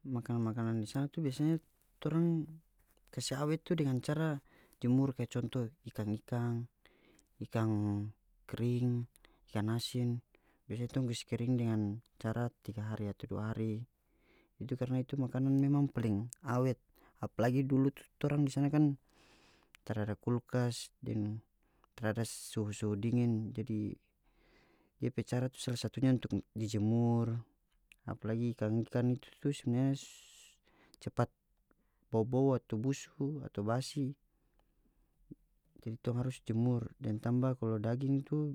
Makanan-makanan di sana tu biasanya torang kase awet tu dengan cara jumur kaya conto ikang-ikang ikang kering ikan asing biasa tong kase kering dengan cara tiga hari atau dua hari itu karna itu makanan memang paling awet apalagi dulu tu torang di sana kan tarada kulkas deng tarada suhu-suhu dingin jadi dia pe cara tu sala satunya untuk dijemur apalagi ikan-ikan itu tu sebenarnya cepat bobou atau busu atau basi jadi tong harus jemur deng tamba kalu daging itu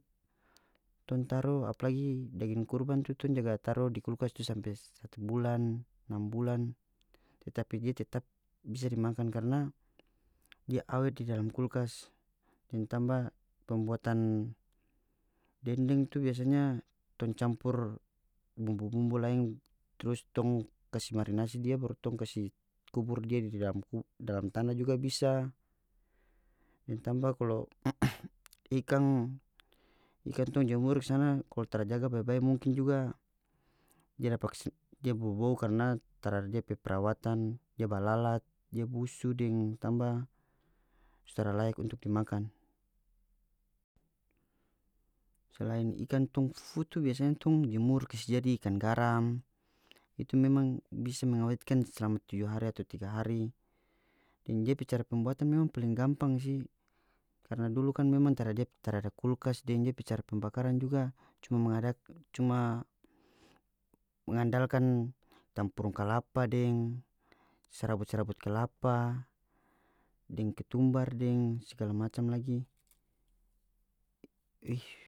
tong taru apalagi daging kurban tong jaga taru di kulkas tu sampe satu bulan enam bulan tetapi dia tetap bisa dimakan karna dia wet di dalam kulkas deng tamba pembuatan dendeng tu biasanya tong campur bumbu-bumbu laeng trus tong kasi marinasi dia baru tong kasi kubur dia di dalam dalam tana juga bisa deng tamba kalo ikang ikan tong jemur kasana kalu tara jaga bae-bae mungkin juga dia dapa kase dia bobou karna tarada dia pe perawatan dia ba lalat dia busu deng tamba so tara layak untuk dimakan selain ikan tong fufu tu biasanya tong jemur kase jadi ikan garam itu memang bisa mengawetkan selama tuju hari atau tiga hari deng dia pe cara pembuatan memang paling gampang si karna dulu kan memang tara dia pe tarada kulkas deng dia pe cara pembakaran juga cuma cuma mengandalkan tampurung kalapa deng serabut-serabut kelapa deng ketumbar deng segala macam lagi